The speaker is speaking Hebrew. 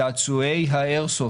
צעצועי האיירסופט,